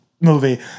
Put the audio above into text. movie